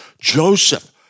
Joseph